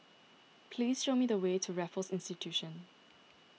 please show me the way to Raffles Institution